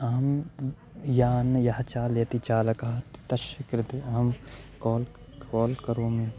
अहं यानं यः चालयति चालकः तस्य कृते अहं काल् काल् करोमि